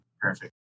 Perfect